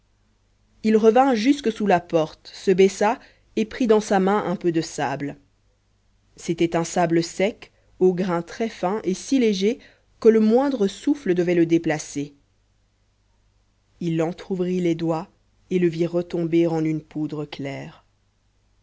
il revint jusque sous la porte se baissa et prit dans sa main un peu de sable c'était un sable sec au grain très fin et si léger que le moindre souffle devait le déplacer il entr'ouvrit les doigts et le vit retomber en une poudre claire